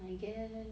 I guess